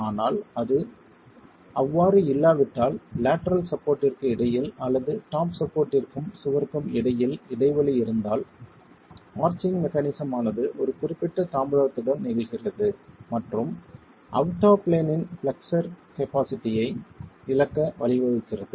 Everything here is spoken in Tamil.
ஆனால் அது அவ்வாறு இல்லாவிட்டால் லேட்டரல் சப்போர்ட்ற்கு இடையில் அல்லது டாப் சப்போர்ட்ற்கும் சுவருக்கும் இடையில் இடைவெளி இருந்தால் ஆர்ச்சிங் மெக்கானிசம் ஆனது ஒரு குறிப்பிட்ட தாமதத்துடன் நிகழ்கிறது மற்றும் அது out of plane in flexure கப்பாசிட்டியை இழக்க வழிவகுக்கிறது